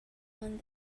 one